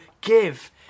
give